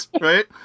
right